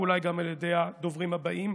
ואולי גם על ידי הדוברים הבאים,